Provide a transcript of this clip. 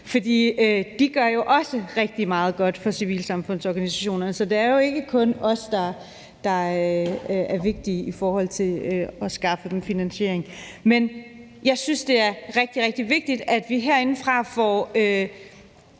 For de gør jo også rigtig meget godt for civilsamfundsorganisationerne. Så det er jo ikke kun os, der er vigtige i forhold til at skaffe dem en finansiering. Men jeg synes, det er rigtig, rigtig vigtigt, at vi herindefra får